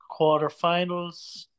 quarterfinals